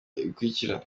ikurikira